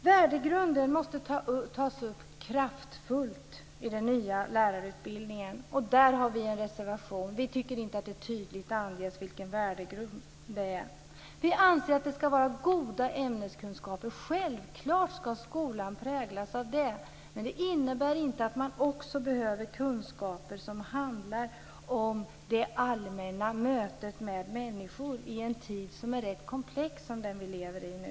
Värdegrunden måste tas upp kraftfullt i den nya lärarutbildningen. Där har vi en reservation. Vi tycker inte att det tydligt anges vilken värdegrunden är. Vi anser att ämneskunskaperna ska vara goda. Självklart ska skolan präglas av det. Men det innebär inte att man inte också behöver kunskaper om det allmänna mötet med människor i en tid som är rätt komplex, som den vi lever i nu.